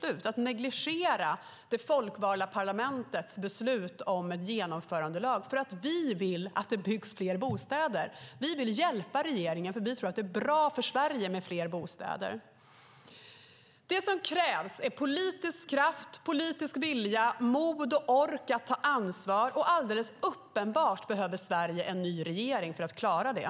Det handlar om att negligera det folkvalda parlamentets beslut om ett genomförande. Vi vill att det byggs fler bostäder. Vi vill hjälpa regeringen, för vi tror att det är bra för Sverige med fler bostäder. Det som krävs är politisk kraft, politisk vilja, mod och ork att ta ansvar. Och det är alldeles uppenbart att Sverige behöver en ny regering för att klara det.